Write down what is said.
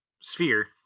sphere